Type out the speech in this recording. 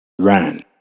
Ran